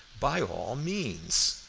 by all means.